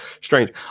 strange